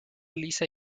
lisa